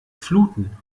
fluten